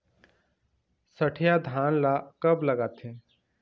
सठिया धान ला कब लगाथें?